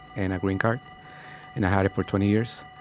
and a green card and i had it for twenty years.